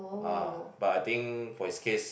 ah but I think for his case